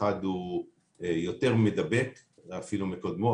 אחד הוא יותר מדבק אפילו מקודמו.